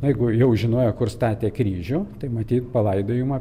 jeigu jau žinojo kur statė kryžių tai matyt palaidojimo